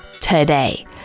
today